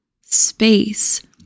space